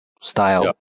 style